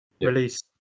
release